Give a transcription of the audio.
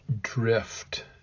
drift